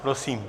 Prosím.